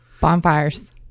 Bonfires